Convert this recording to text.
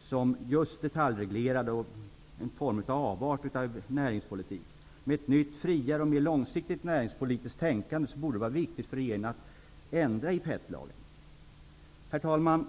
som just detaljreglerar, och det är en avart av näringspolitik. Med ett nytt, friare och mer långsiktigt näringspolitiskt tänkande, borde det vara viktigt för regeringen att ändra PET-lagen. Herr talman!